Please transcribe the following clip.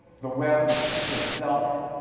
the web itself.